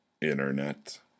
Internet